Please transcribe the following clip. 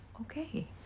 Okay